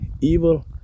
evil